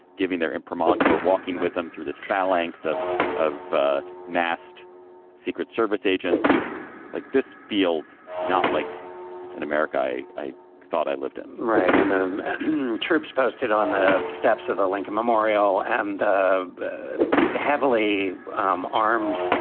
giving their imprimatur, walking with them through this phalanx of of ah massed secret service agents like this feels not like an america i thought i lived in. right. and the troops posted on the steps of the lincoln memorial and the the heavily um armed